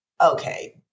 okay